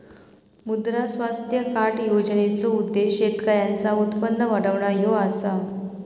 मुद्रा स्वास्थ्य कार्ड योजनेचो उद्देश्य शेतकऱ्यांचा उत्पन्न वाढवणा ह्यो असा